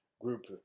group